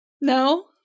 No